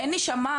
אין להן נשמה?